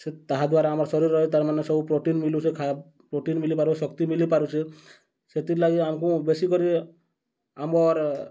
ସେ ତାହାଦ୍ୱାରା ଆମର୍ ଶରୀରରେ ତା'ର୍ମାନେ ସବୁ ପ୍ରୋଟିନ୍ ମିଲୁଛେ ପ୍ରୋଟିନ୍ ମିଲିବାରୁ ଶକ୍ତି ମିଲିପାରୁଛେ ସଥିର୍ଲାଗି ଆମ୍କୁ ବେଶୀ କରି ଆମର୍